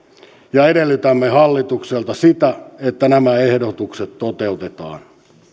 ja edellytämme hallitukselta sitä että nämä ehdotukset toteutetaan